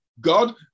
God